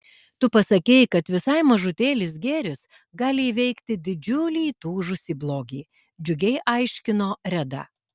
tu pasakei kad visai mažutėlis gėris gali įveikti didžiulį įtūžusį blogį džiugiai aiškino reda